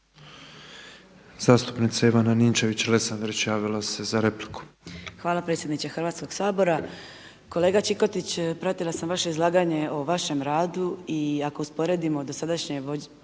za repliku. **Ninčević-Lesandrić, Ivana (MOST)** Hvala predsjedniče Hrvatskog sabora. Kolega Čikotić pratila sam vaše izlaganje o vašem radu i ako usporedimo politiku